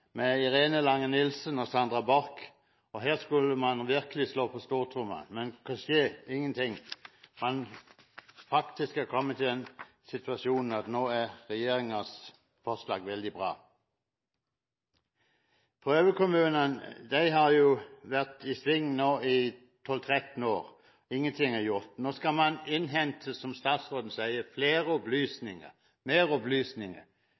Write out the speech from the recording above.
med Irene Lange Nordahl og Sandra Borch, for her skulle man virkelig slå på stortromma. Men det skjer ingenting. Så har man faktisk kommet i den situasjonen at nå er regjeringens forslag veldig bra. Prøvekommunene har jo vært i sving nå i 12–13 år; ingenting er gjort. Nå skal man innhente, som statsråden sier, flere opplysninger, mer opplysninger.